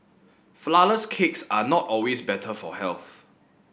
flourless cakes are not always better for health